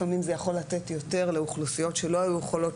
לפעמים זה יכול לתת יותר לאוכלוסיות שלא היו יכולות